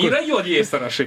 yra juodieji sąrašai